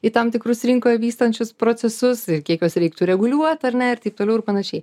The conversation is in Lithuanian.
į tam tikrus rinkoje vykstančius procesus ir kiek juos reiktų reguliuot ar ne ir taip toliau ir panašiai